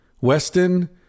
Weston